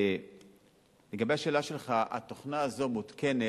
1. לגבי השאלה שלך, התוכנה הזו מותקנת